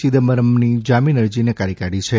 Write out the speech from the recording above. ચિદમ્બરમની જામીન અરજી નકારી કાઢી છે